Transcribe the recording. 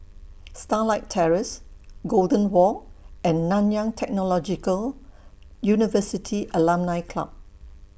Starlight Terrace Golden Walk and Nanyang Technological University Alumni Club